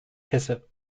hesse